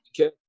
Okay